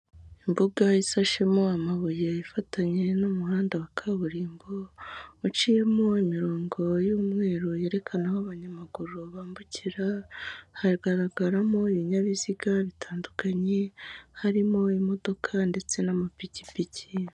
Imbuga isashemo amabuye, ifatanye n'umuhanda wa kaburimbo, haciyemo imirongo y'umweru yerekana aho abanyamaguru bambukira, haragaragaramo ibinyabiziga bitandukanye, harimo imodoka ndetse n'amapikipiki.